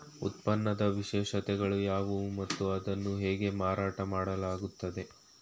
ಉತ್ಪನ್ನದ ವಿಶೇಷತೆಗಳು ಯಾವುವು ಮತ್ತು ಅದನ್ನು ಹೇಗೆ ಮಾರಾಟ ಮಾಡಲಾಗುತ್ತದೆ?